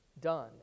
done